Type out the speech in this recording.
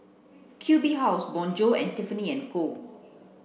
Q B House Bonjour and Tiffany and Co